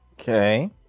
Okay